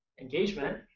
engagement